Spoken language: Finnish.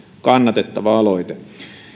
kannatettava aloite